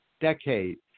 decade